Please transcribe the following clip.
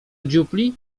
dziupli